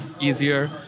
easier